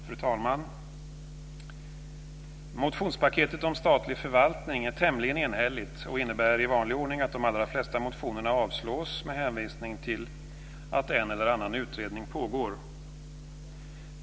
Fru talman! Motionspaketet om statlig förvaltning är tämligen enhälligt och innebär i vanlig ordning att de allra flesta motionerna avstyrks med hänvisning till att en eller annan utredning pågår.